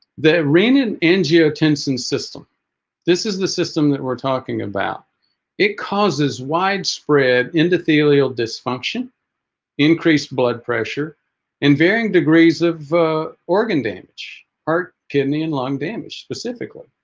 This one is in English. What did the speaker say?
the renin-angiotensin system this is the system that we're talking about it causes widespread endothelial dysfunction increased blood pressure and varying degrees of organ damage heart kidney and lung damage specifically